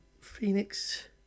Phoenix